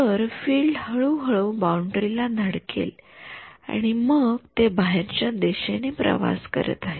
तर फील्ड हळू हळू बाउंडरी ला धडकेल आणि मग ते बाहेरच्या दिशेने प्रवास करत आहे